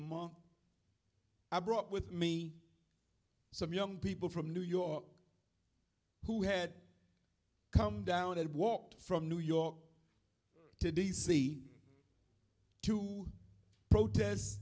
month i brought with me some young people from new york who had come down and walked from new york to d c to protest